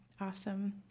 Awesome